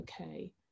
okay